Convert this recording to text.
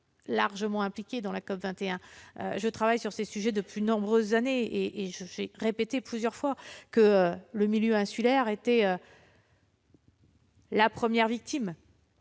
largement impliqués dans la COP21. Je travaille sur ces sujets depuis de nombreuses années. J'ai répété à plusieurs reprises que le milieu insulaire était la première victime